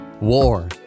War